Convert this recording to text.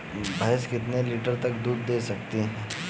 भैंस कितने लीटर तक दूध दे सकती है?